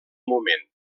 moment